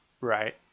right